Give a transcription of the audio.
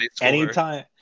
Anytime